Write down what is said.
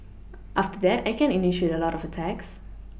after that I can initiate a lot of attacks